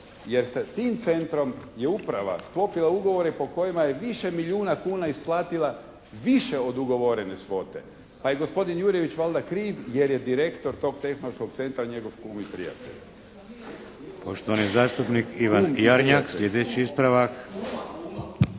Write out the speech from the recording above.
jer se tim centrom je uprava sklopila ugovore po kojima je više milijuna kuna isplatila više od ugovorene svote pa je gospodin Jurjević valjda kriv jer je direktor tog Tehnološkog centra, njegov kum i prijatelj.